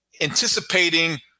anticipating